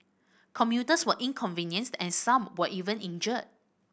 commuters were inconvenienced and some were even injured